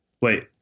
wait